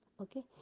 okay